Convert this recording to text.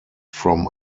from